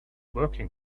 working